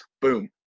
Boom